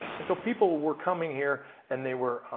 and so people were coming here and they were,